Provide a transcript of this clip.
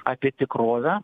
apie tikrovę